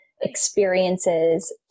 experiences